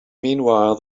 meanwhile